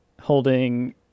holding